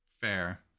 fair